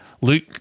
Luke